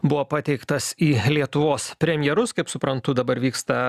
buvo pateiktas į lietuvos premjerus kaip suprantu dabar vyksta